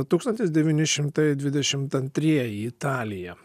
tūkstantis devyni šimtai dvidešimt antrieji italija